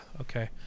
okay